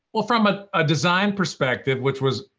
well, from a ah design perspective, which was,